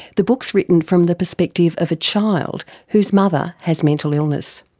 the book is written from the perspective of child whose mother has mental illness.